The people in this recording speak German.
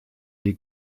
die